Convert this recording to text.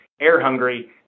air-hungry